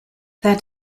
that